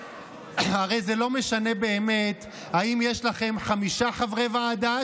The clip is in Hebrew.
זה לא משנה באמת האם יש לכם חמישה חברי ועדה,